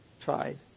tried